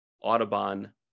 Audubon